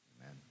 Amen